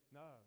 no